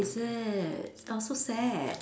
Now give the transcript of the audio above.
is it !aw! so sad